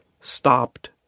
stopped